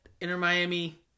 Inter-Miami